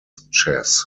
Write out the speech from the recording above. chess